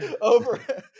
over